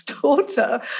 daughter